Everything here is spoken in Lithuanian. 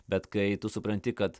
bet kai tu supranti kad